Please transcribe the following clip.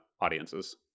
audiences